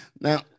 now